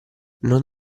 non